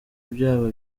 byaba